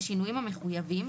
בשינויים המחויבים,